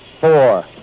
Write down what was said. four